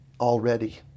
already